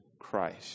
Christ